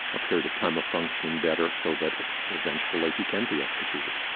a period of time of functioning better so that eventually he can be executed?